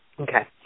Okay